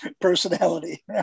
personality